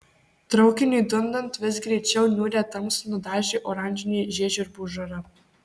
traukiniui dundant vis greičiau niūrią tamsą nudažė oranžinė žiežirbų žara